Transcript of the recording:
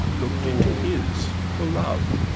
look'd into his for love,